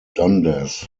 dundas